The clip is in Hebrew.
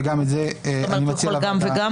וגם את זה אני מציע --- הוא יכול גם וגם?